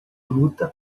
luta